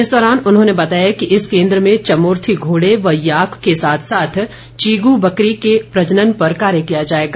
इस दौरान उन्होंने बताया कि इस केन्द्र में चमुर्थी घोड़े व याक के साथ साथ चीगू बकरी के प्रजनन पर कार्य किया जाएगा